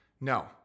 No